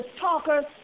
talkers